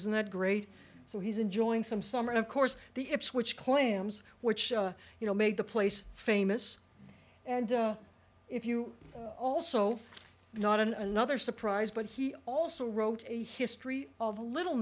isn't that great so he's enjoying some summer and of course the ipswich clams which you know made the place famous and if you also not another surprise but he also wrote a history of a little